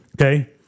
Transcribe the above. Okay